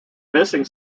missing